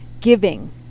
giving